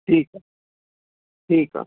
ठीकु आहे ठीकु आहे